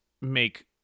make